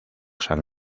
san